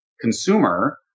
consumer